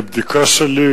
בבדיקה שלי,